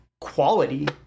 quality